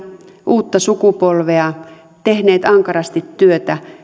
uutta sukupolvea tehneet ankarasti työtä